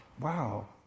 Wow